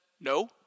no